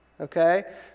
okay